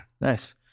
nice